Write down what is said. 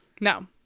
No